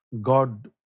God